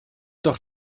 doch